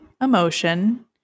emotion